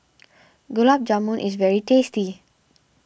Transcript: Gulab Jamun is very tasty